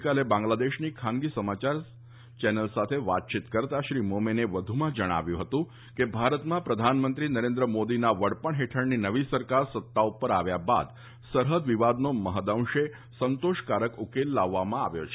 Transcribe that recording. ગઈકાલે બાંગ્લાદેશની ખાનગી સમાચાર ચેનલ સાથે વાતચીત કરતા શ્રી મોમેને વધુમાં જણાવ્યું હતું કે ભારતમાં પ્રધાનમંત્રી નરેન્દ્ર મોદીના વડપણ હેઠળની નવી સરકાર સત્તા ઉપર આવ્યા બાદ સરહદ વિવાદનો મહંદંશે સંતોષકારક ઉકેલ લાવવામાં આવ્યો છે